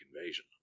Invasion